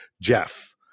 jeff